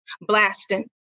blasting